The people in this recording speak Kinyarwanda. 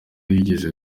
yigeze